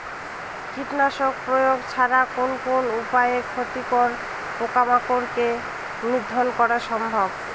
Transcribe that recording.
কীটনাশক প্রয়োগ ছাড়া কোন কোন উপায়ে ক্ষতিকর পোকামাকড় কে নিধন করা সম্ভব?